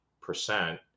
percent